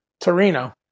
Torino